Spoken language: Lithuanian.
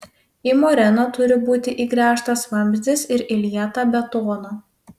į moreną turi būti įgręžtas vamzdis ir įlieta betono